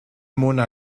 mona